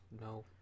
no